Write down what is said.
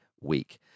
week